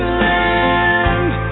land